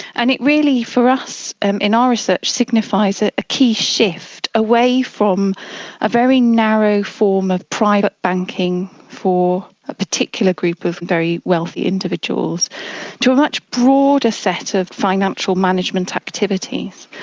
and it really for us and in our research signifies a key shift away from a very narrow form of private banking for a particular group of very wealthy individuals to a much broader set of financial management activities.